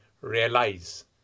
realize